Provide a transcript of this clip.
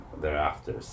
thereafter